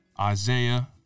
Isaiah